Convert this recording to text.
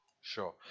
Sure